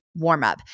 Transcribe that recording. warmup